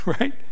right